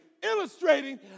Illustrating